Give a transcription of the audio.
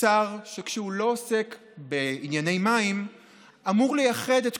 שר שכשהוא לא עוסק בענייני מים אמור לייחד את